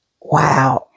Wow